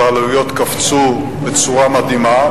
אבל העלויות קפצו בצורה מדהימה,